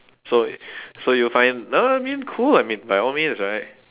so so you find no I mean cool I mean by all means right